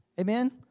amen